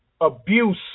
abuse